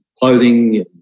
clothing